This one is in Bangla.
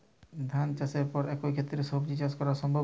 ধান চাষের পর একই ক্ষেতে সবজি চাষ করা সম্ভব কি?